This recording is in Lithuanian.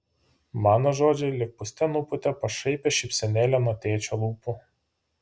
mano žodžiai lyg pūste nupūtė pašaipią šypsenėlę nuo tėčio lūpų